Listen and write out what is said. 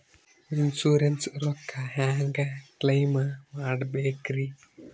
Insurance ರೊಕ್ಕ ಹೆಂಗ claim ಮಾಡ್ಬೇಕ್ರಿ?